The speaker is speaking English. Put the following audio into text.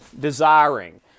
desiring